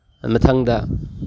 ꯃꯊꯪꯗ